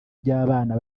by’abana